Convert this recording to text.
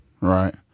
Right